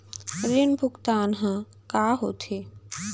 ऋण भुगतान ह का होथे?